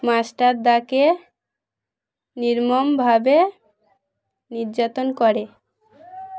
মাস্টারদাকে নির্মমভাবে নির্যাতন করে